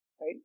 right